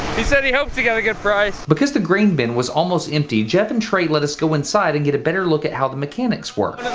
he said he hoped he got a good price. because the grain bin was almost empty, jeff and trey let us go inside and get better look at how the mechanics work.